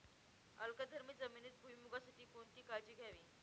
अल्कधर्मी जमिनीत भुईमूगासाठी कोणती काळजी घ्यावी?